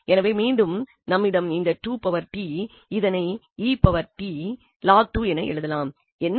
எனவே மீண்டும் நம்மிடம் இந்த இதனை என்று எழுதலாம்